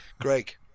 Greg